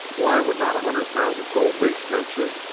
why would not a hundred pounds of gold leaf tempt you?